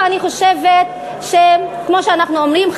ואני חושבת שכמו שאנחנו אומרים,